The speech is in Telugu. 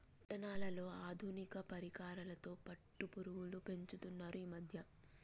పట్నాలలో ఆధునిక పరికరాలతో పట్టుపురుగు పెంచుతున్నారు ఈ మధ్య